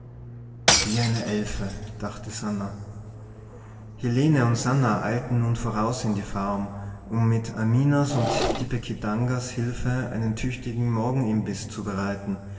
wie eine elfe dachte sannah helene und sannah eilten nun voraus in die farm um mit aminas und tipekitangas hilfe einen tüchtigen morgenimbiß